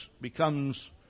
becomes